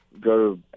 go